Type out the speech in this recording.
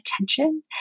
attention